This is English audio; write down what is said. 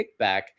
kickback